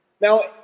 Now